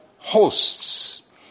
hosts